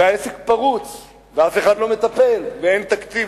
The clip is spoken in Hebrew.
והעסק פרוץ ואף אחד לא מטפל ואין תקציב,